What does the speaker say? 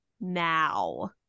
now